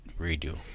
redo